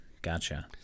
Gotcha